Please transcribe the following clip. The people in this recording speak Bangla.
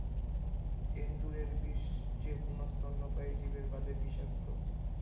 এন্দুরের বিষ যেকুনো স্তন্যপায়ী জীবের বাদে বিষাক্ত,